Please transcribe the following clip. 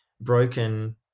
broken